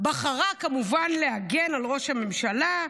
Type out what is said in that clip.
בחרה כמובן להגן על ראש הממשלה.